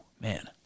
Man